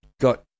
got